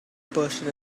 person